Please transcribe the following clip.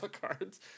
cards